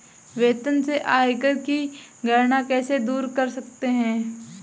वेतन से आयकर की गणना कैसे दूर कर सकते है?